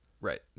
Right